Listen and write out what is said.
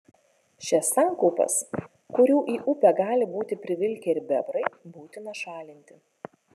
šias sankaupas kurių į upę gali būti privilkę ir bebrai būtina šalinti